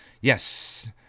Yes